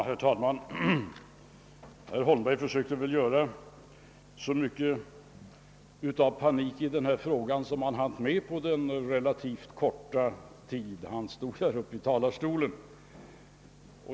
Herr talman! Herr Holmberg försökte skapa så mycket panik i denna fråga som han hann med på den relativt korta tid han stod här i talarstolen.